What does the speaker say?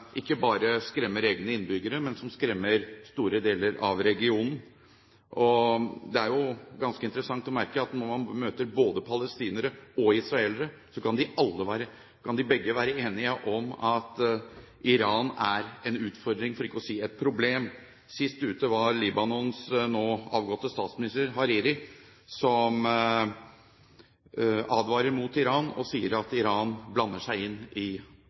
ikke bare skremmer egne innbyggere, men som skremmer store deler av regionen. Det er jo ganske interessant å merke at når man møter både palestinere og israelere, kan begge sider være enige om at Iran er en utfordring, for ikke å si et problem. Sist ute var Libanons nå avgåtte statsminister, Hariri, som advarer mot Iran, og sier at Iran blander seg inn i